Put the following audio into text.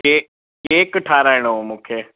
मूंखे cake cake ठहाराइणो हो मूंखे